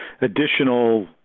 additional